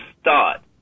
start